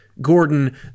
Gordon